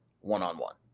one-on-one